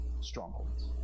strongholds